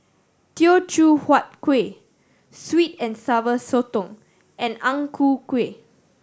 Teochew Huat Kueh sweet and Sour Sotong and Ang Ku Kueh